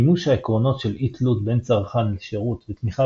מימוש העקרונות של אי-תלות בין צרכן לשירות ותמיכה